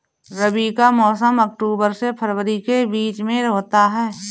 रबी का मौसम अक्टूबर से फरवरी के बीच में होता है